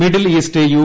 middle east U